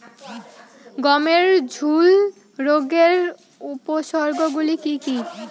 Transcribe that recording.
গমের ঝুল রোগের উপসর্গগুলি কী কী?